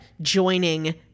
joining